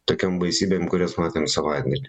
tokiom baisybėm kurias matėm savaitgalį